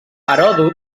heròdot